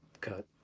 cut